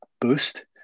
boost